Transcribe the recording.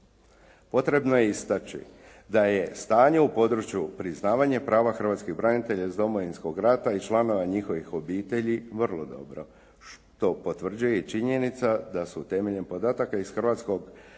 Potrebno je istaći da je stanje u području priznavanja prava branitelja iz Domovinskog rata i članova njihovih obitelji vrlo dobro što potvrđuje i činjenica da su temeljem podataka iz registra